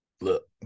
Look